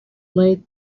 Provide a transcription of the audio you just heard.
lay